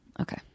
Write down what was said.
okay